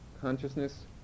consciousness